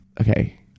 Okay